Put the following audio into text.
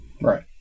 Right